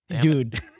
Dude